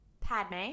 Padme